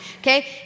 Okay